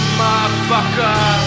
motherfucker